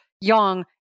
young